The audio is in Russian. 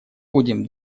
будем